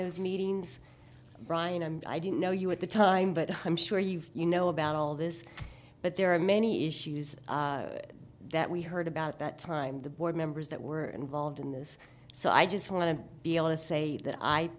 those meetings bryan and i didn't know you at the time but i'm sure you've you know about all this but there are many issues that we heard about that time the board members that were involved in this so i just want to be able to say that i